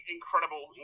incredible